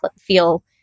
feel